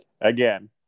Again